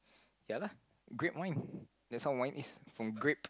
ya lah grape wine that's how wine is from grape